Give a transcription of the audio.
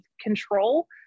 control